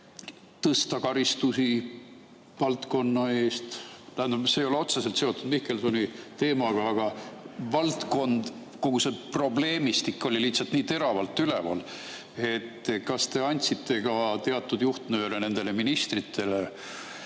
tõsta karistusi valdkonna eest? Tähendab, see ei ole otseselt seotud Mihkelsoni teemaga, aga valdkond, kogu see probleemistik oli lihtsalt nii teravalt üleval. Kas te andsite ka teatud juhtnööre nendele ministritele,